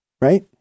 right